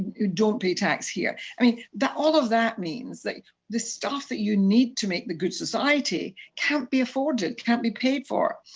who don't pay tax here. i mean all of that means that the stuff that you need to make the good society can't be afforded, can't be paid for.